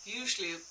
usually